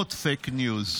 עוד פייק ניוז.